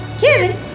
Kevin